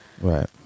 Right